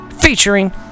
featuring